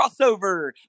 crossover